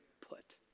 put